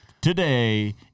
Today